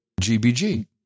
GBG